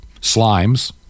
Slimes